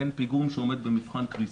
אין פיגום שעומד במבחן קריסה,